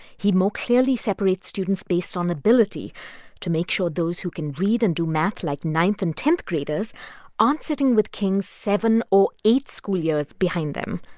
he more clearly separates students based on ability to make sure those who can read and do math like ninth and tenth-graders aren't sitting with kings seven or eight school years behind them.